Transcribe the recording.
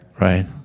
Right